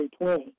2020